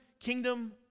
kingdom